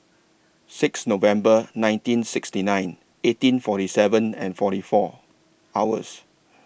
six November nineteen sixty nine eighteen forty seven and forty four hours